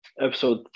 episode